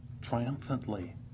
triumphantly